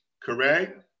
correct